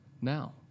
now